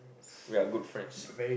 ya good friends